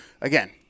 again